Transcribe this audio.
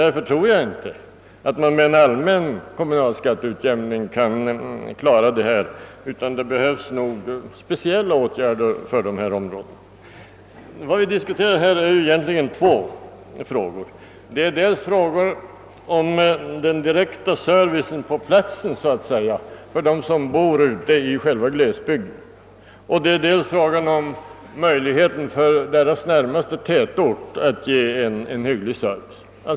Därför kan man nog inte heller med en allmän kommunalskatteutjämning lösa problemen, utan det krävs speciella åtgärder för dessa områden. Vad vi diskuterar här är egentligen två olika problem. Dels är det frågan om den direkta servicen på platsen till dem som bor ute i själva glesbygden, dels är det frågan om möjligheten för deras närmaste tätort att ge dem en hygglig service.